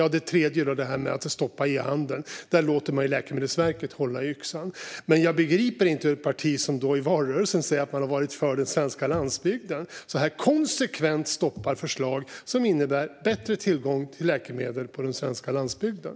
När det gäller det tredje om att stoppa e-handeln låter man visserligen Läkemedelsverket hålla i yxan, men jag begriper inte hur ett parti som sa i valrörelsen att man är för den svenska landsbygden så konsekvent kan stoppa förslag som innebär bättre tillgång till läkemedel på den svenska landsbygden.